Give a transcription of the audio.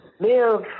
live